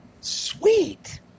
Sweet